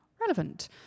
relevant